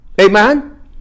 Amen